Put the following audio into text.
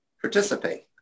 participate